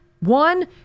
One